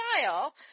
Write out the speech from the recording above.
style